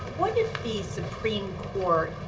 what if the supreme court